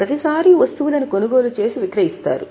ప్రతిసారీ వస్తువులను కొనుగోలు చేసి విక్రయిస్తారు